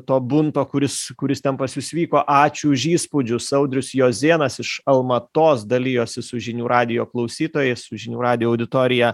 to bunto kuris kuris ten pas jus vyko ačiū už įspūdžius audrius jozėnas iš almatos dalijosi su žinių radijo klausytojais su žinių radijo auditorija